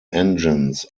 engines